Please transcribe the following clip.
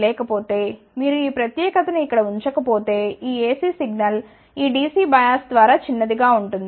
లేకపోతే మీరు ఈ ప్రత్యేకత ను ఇక్కడ ఉంచకపోతే ఈ AC సిగ్నల్ ఈ డిసి బయాస్ ద్వారా చిన్నదిగా ఉంటుంది